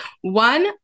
One